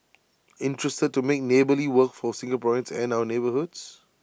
interested to make neighbourly work for Singaporeans and our neighbourhoods